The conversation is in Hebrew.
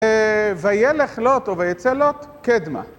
וילך לוט או ויצא לוט קדמה.